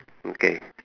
okay